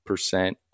Percent